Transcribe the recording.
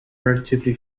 relatively